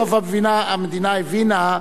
סוף-סוף המדינה הבינה,